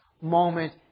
moment